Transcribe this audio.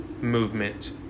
movement